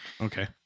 Okay